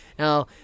Now